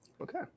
Okay